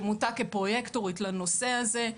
שמונתה כפרוייקטורית לנושא הזה,